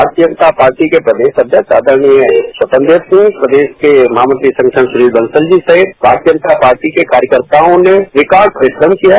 भारतीय जनता पार्टी के प्रदेश अध्यक्ष आदरणीय स्वतंत्र देव सिंह प्रदेश के महामंत्री संगठन श्री बंसल जी सहित भारतीय जनता पार्टी के कार्यकत्वाों ने एकाग्र परिश्रम किया है